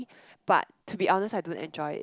but to be honest I do enjoy it